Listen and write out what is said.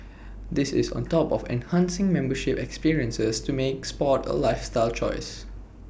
this is on top of enhancing membership experiences to make Sport A lifestyle choice